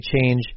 change